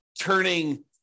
turning